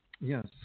Yes